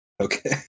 Okay